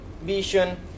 vision